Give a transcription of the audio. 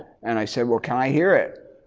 and i said well can i hear it?